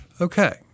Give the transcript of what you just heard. Okay